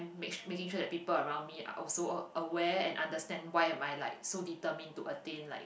make making sure that people around me are also a aware and understand why am I like so determined to attain like